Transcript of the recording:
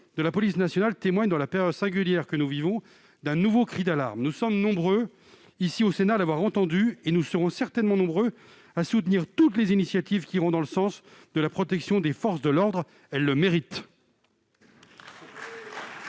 de la police nationale, témoigne dans la période singulière que nous vivons d'un nouveau cri d'alarme. Nous sommes nombreux au Sénat à l'avoir entendu, et nous serons certainement nombreux à soutenir toutes les initiatives qui vont dans le sens de la protection des forces de l'ordre. Elles le méritent